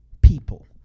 people